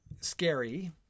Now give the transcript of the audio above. Scary